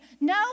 No